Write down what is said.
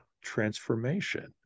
transformation